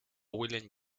william